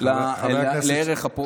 אני אחזור לערך פלורליזם.